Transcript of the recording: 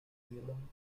dillon